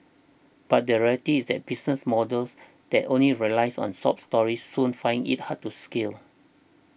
but the reality is that business models that only relys on sob stories soon find it hard to scale